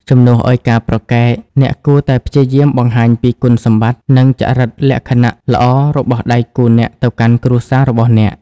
ជំនួសឲ្យការប្រកែក អ្នកគួរតែព្យាយាមបង្ហាញពីគុណសម្បត្តិ និងចរិតលក្ខណៈល្អរបស់ដៃគូអ្នកទៅកាន់គ្រួសាររបស់អ្នក។